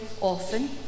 often